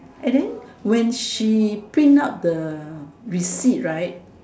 and then when she printed out the receipt right